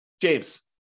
James